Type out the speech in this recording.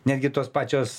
netgi tos pačios